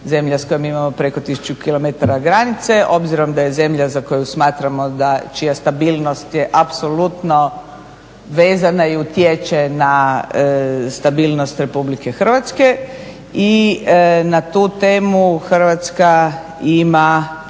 zemlja s kojom imamo preko 1000 km granice, obzirom da je zemlja za koju smatramo da čija stabilnost je apsolutno vezana i utječe na stabilnost RH i na tu temu Hrvatska ima,